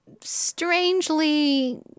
strangely